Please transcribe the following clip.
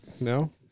No